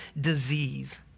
disease